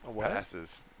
passes